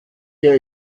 der